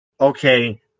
okay